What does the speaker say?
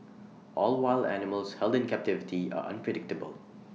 all wild animals held in captivity are unpredictable